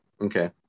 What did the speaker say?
Okay